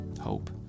Hope